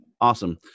Awesome